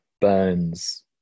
burns